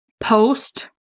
post